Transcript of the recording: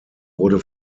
wurde